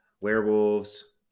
werewolves